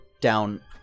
down